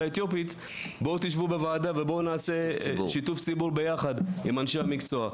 האתיופית על מנת לעשות שיתוף ציבור יחד עם אנשים המקצוע.